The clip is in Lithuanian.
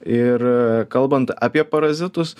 ir kalbant apie parazitus